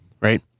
right